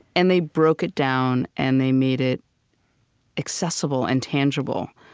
and they broke it down and they made it accessible and tangible.